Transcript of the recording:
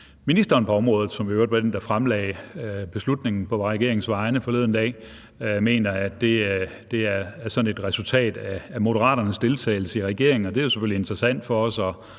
ministeren på området, som i øvrigt var den, der fremlagde beslutningen på regeringens vegne forleden dag, mener, at det er sådan et resultat af Moderaternes deltagelse i regeringen. Det er selvfølgelig interessant for os at